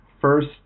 First